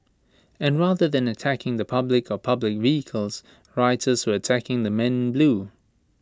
and rather than attacking the public or public vehicles rioters were attacking the men blue